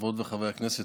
חברות וחברי הכנסת,